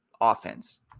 offense